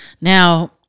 Now